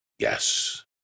Yes